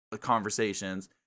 conversations